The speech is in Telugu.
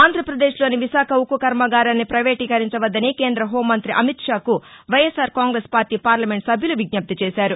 ఆంధ్రప్రదేశ్లోని విశాఖ ఉక్కు కర్మాగారాన్ని రైవేటీకరించవద్దని కేంర హోంమంతి అమిత్ షాకు వైఎస్ఆర్ కాంగ్రెస్ పార్టీ పార్లమెంటు సభ్యులు విజ్జప్తి చేశారు